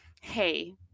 hey